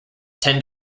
tend